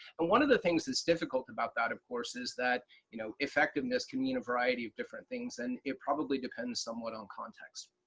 and one of the things that's difficult about that, of course, is that you know effectiveness can mean a variety of different things and it probably depends somewhat on context.